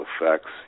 effects